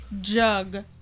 jug